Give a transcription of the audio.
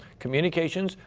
communications,